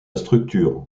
structure